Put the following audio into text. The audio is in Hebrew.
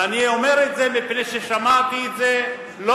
ואני אומר את זה מפני ששמעתי את זה לא